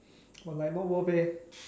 but like not worth eh